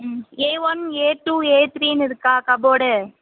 ம் A one A two A த்ரீன்னு இருக்கா கப்போடு